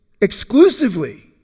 exclusively